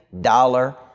dollar